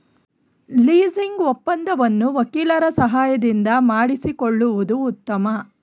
leasing ಒಪ್ಪಂದವನ್ನು ವಕೀಲರ ಸಹಾಯದಿಂದ ಮಾಡಿಸಿಕೊಳ್ಳುವುದು ಉತ್ತಮ